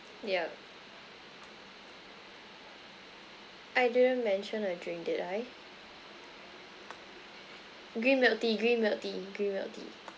yup I didn't mention a drink did I green milk tea green milk tea green milk tea